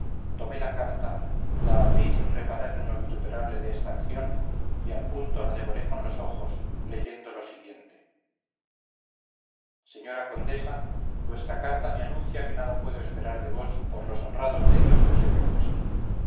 tomé la carta la abrí sin reparar en lo vituperable de esta acción y al punto la devoré con los ojos leyendo lo siguiente señora condesa vuestra carta me anuncia que nada puedo esperar de vos por los honrados medios que os he propuesto